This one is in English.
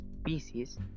species